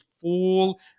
full